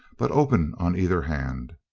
but open on either hand.